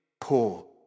poor